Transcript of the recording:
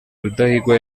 rudahigwa